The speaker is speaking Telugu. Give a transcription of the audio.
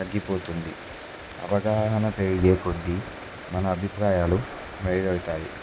తగ్గిపోతుంది అవగాహన పెరిగే కొద్దీ మన అభిప్రాయాలు మెరుగవుతాయి